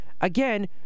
again